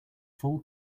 full